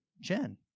Jen